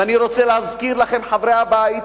ואני רוצה להזכיר לכם, חברי הבית,